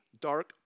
dark